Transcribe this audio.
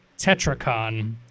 Tetracon